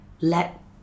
let